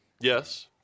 Yes